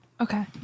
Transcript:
Okay